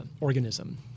organism